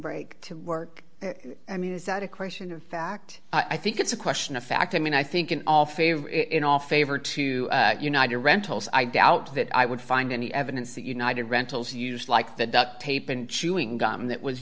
brake to work i mean is that a question of fact i think it's a question of fact i mean i think in all favor in all favor to unite your rentals i doubt that i would find any evidence that united rentals used like the duct tape and chewing gum that was